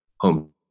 home